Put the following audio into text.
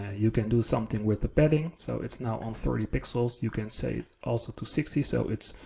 ah you can do something with the bedding, so it's not on thirty pixels, you can say it also to sixty, so it's